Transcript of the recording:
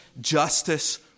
justice